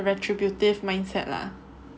retributive mindset lah